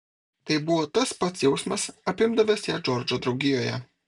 tai buvo tas pats jausmas apimdavęs ją džordžo draugijoje